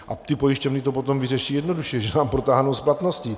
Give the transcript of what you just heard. A ty pojišťovny to potom vyřeší jednoduše, že nám protáhnou splatnosti.